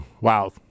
Wow